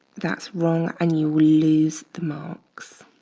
that's wrong, and you will lose the marks.